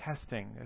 testing